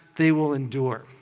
they will endure.